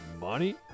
money